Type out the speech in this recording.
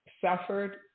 suffered